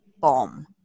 bomb